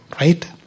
right